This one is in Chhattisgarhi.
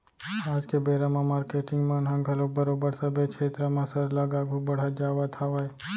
आज के बेरा म मारकेटिंग मन ह घलोक बरोबर सबे छेत्र म सरलग आघू बड़हत जावत हावय